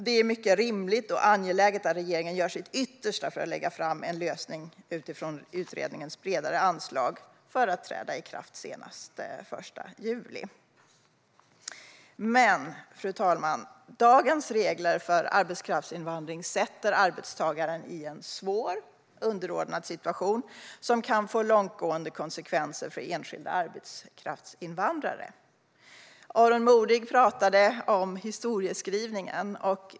Det är rimligt och angeläget att regeringen gör sitt yttersta för att lägga fram en lösning utifrån utredningens bredare anslag för att träda i kraft senast den 1 juli. Fru talman! Dagens regler för arbetskraftsinvandring sätter arbetstagare i en svår underordnad situation, som kan få långtgående konsekvenser för enskilda arbetskraftsinvandrare. Aron Modig pratade om historieskrivningen.